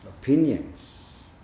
opinions